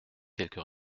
quelque